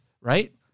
right